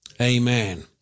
Amen